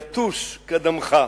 "יתוש קדמך"